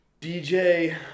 DJ